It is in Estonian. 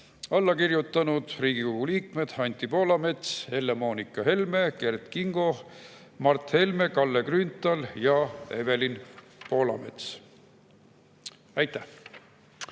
Alla on kirjutanud Riigikogu liikmed Anti Poolamets, Helle-Moonika Helme, Kert Kingo, Mart Helme, Kalle Grünthal ja Evelin Poolamets. Aitäh!